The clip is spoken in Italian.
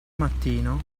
mattino